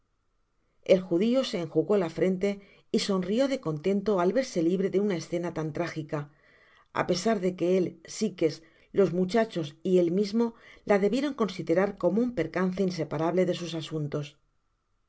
el judio se enjugó la frente y sonrió de contento al verse libre de una escena tan trájica á pesar de que él sikes los muchachos y él mismo la debieron considerar como un percance inseparable de sus asuntos